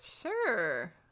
Sure